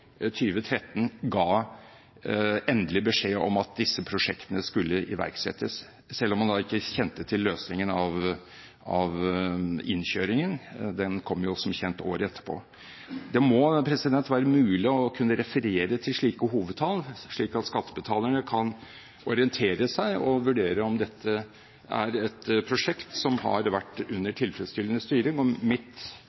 ga endelig beskjed om at disse prosjektene skulle iverksettes, selv om man da ikke kjente til løsningen for innkjøringen – den kom jo som kjent året etterpå. Det må være mulig å kunne referere til slike hovedtall, slik at skattebetalerne kan orientere seg og vurdere om dette er et prosjekt som har vært under